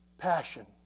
passion,